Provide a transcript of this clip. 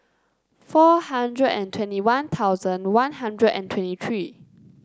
four hundred and twenty One Thousand One Hundred and twenty three